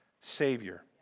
Savior